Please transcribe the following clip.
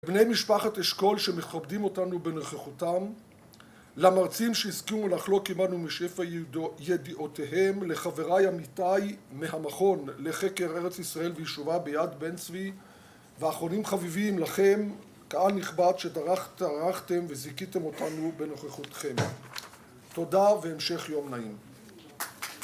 לבני משפחת אשכול שמכבדים אותנו בנוכחותם, למרצים שהשכילו לחלוק עמנו משפע ידיעותיהם, לחברי אמיתיי מהמכון לחקר ארץ ישראל וישובה ביד בן-צבי, ואחרונים חביבים לכם, קהל נכבד שטרחתם וזיכיתם אותנו בנוכחותכם. תודה, והמשך יום נעים.